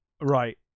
Right